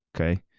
okay